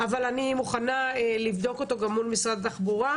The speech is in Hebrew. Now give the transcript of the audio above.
אבל אני מוכנה לבדוק אותו גם מול משרד התחבורה.